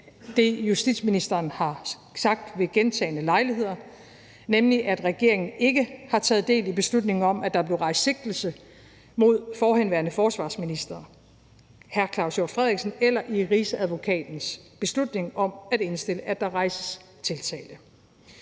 det, justitsministeren har sagt ved gentagne lejligheder, nemlig at regeringen ikke har taget del i beslutningen om, at der blev rejst sigtelse mod forhenværende forsvarsminister hr. Claus Hjort Frederiksen, eller i Rigsadvokatens beslutning om at indstille, at der rejses tiltale.